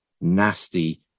nasty